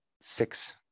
six